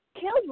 killed